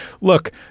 Look